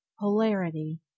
polarity